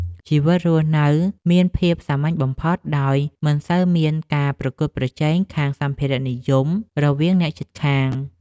ជីវិតរស់នៅមានភាពសាមញ្ញបំផុតដោយមិនសូវមានការប្រកួតប្រជែងខាងសម្ភារៈនិយមរវាងអ្នកជិតខាង។